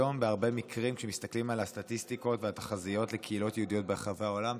היום כשמסתכלים על הסטטיסטיקות והתחזיות לקהילות יהודיות ברחבי העולם,